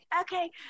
Okay